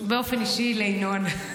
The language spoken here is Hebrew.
באופן אישי לינון.